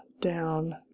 down